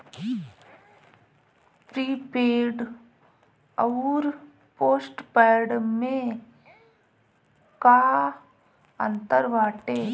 Prepaid अउर postpaid में का अंतर बाटे?